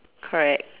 correct